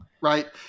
right